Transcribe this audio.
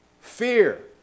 fear